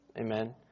amen